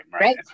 right